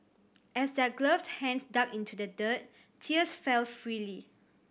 as their gloved hands dug into the dirt tears fell freely